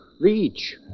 reach